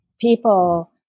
people